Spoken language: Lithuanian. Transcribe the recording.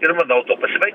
ir manau tuo pasibaigs